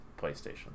PlayStation